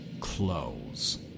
Close